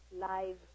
live